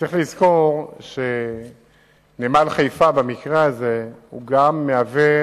וצריך לזכור שנמל חיפה במקרה הזה גם מהווה